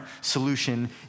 solution